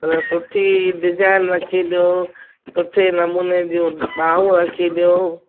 पर सुठी डिजाइन रखी ॾियो सुठे नमूने ॾियो ॿाहूं रखी ॾियो